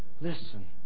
Listen